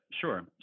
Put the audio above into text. sure